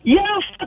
Yes